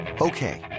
Okay